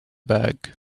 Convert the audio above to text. bag